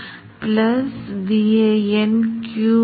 இது உண்மையில் இரண்டாம் நிலை மின்னோட்டம்